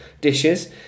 dishes